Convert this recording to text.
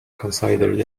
considered